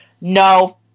no